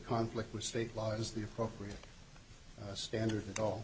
conflict with state law is the appropriate standard at all